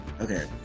okay